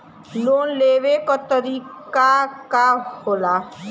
Loan लेवे क तरीकाका होला?